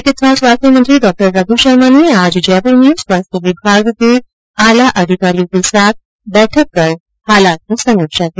चिकित्सा और स्वास्थ्य मंत्री डॉ रघु शर्मो ने आज जयपुर में स्वास्थ्य विभाग के आला अधिकारियों के साथ बैठक कर रिथित की समीक्षा की